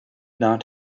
not